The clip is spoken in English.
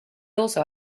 also